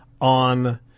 on